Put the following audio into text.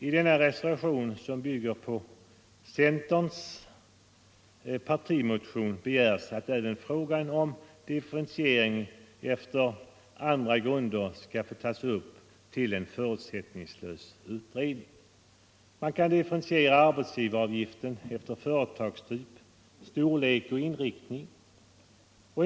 I denna reservation, som bygger på centerns partimotion, begärs att även frågan om differentiering på andra grunder skall få tas upp till en förutsättningslös utredning. Man kan differentiera arbetsgivaravgiften efter företagens typ, storlek och inriktning.